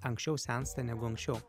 anksčiau sensta negu anksčiau